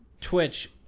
Twitch